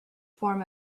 form